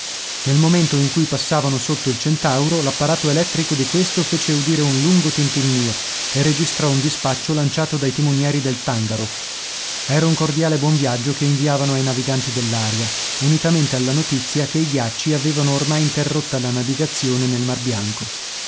nel momento in cui passavano sotto il centauro l'apparato elettrico di questo fece udire un lungo tintinnio e registrò un dispaccio lanciato dai timonieri del tangaroff era un cordiale buon viaggio che inviavano ai naviganti dell'aria unitamente alla notizia che i ghiacci avevano ormai interrotta la navigazione nel mar bianco